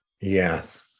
Yes